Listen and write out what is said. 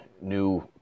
new